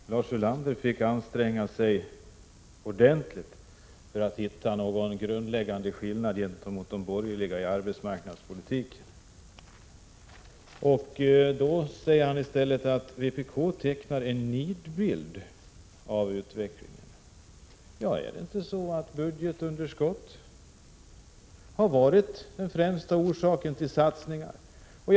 Ken mun Herr talman! Lars Ulander fick anstränga sig ordentligt för att hitta någon grundläggande skillnad gentemot de borgerliga i arbetsmarknadspolitiken. Han säger i stället att vpk tecknar en nidbild av utvecklingen. Ja, är det inte så att budgetunderskott har varit den främsta orsaken till satsningarna?